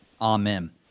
Amen